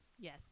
Yes